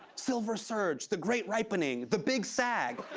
silver surge, the great ripening, the big sag,